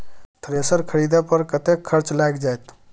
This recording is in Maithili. थ्रेसर खरीदे पर कतेक खर्च लाईग जाईत?